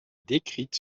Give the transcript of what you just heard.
décrite